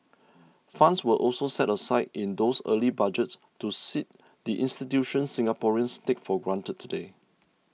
funds were also set aside in those early Budgets to seed the institutions Singaporeans take for granted today